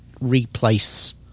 replace